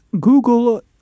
Google